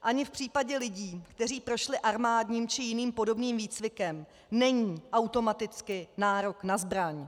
Ani v případě lidí, kteří prošli armádním či jiným podobným výcvikem, není automaticky nárok na zbraň.